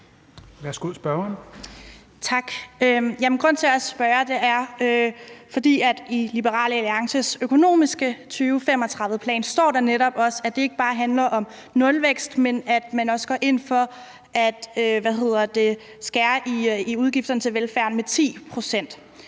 Maria Gudme (S) : Tak. Grunden til, at jeg spørger, er, at i Liberal Alliances økonomiske 2035-plan står der netop også, at det ikke bare handler om nulvækst, men at man også går ind for at skære i udgifterne til velfærd med 10 pct.